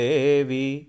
Devi